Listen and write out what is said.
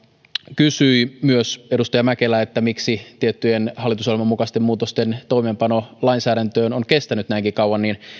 kysyi myös edustaja mäkelä miksi tiettyjen hallitusohjelman mukaisten muutosten toimeenpano lainsäädäntöön on kestänyt näinkin kauan